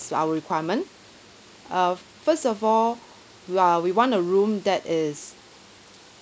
our requirement uh first of all we are we want a room that is